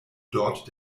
dort